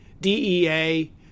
DEA